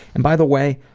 and by the way,